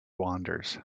wanders